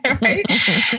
right